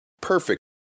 perfect